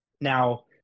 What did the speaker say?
Now